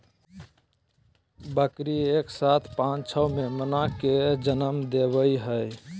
बकरी एक साथ पांच छो मेमना के जनम देवई हई